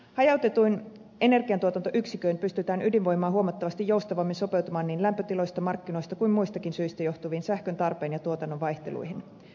hajautetuin energiantuotantoyksiköin pystytään ydinvoimaa huomattavasti joustavammin sopeutumaan niin lämpötiloista markkinoista kuin muistakin syistä johtuviin sähköntarpeen ja tuotannon vaihteluihin